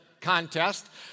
contest